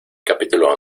capítulo